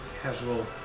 casual